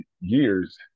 years